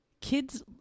Kids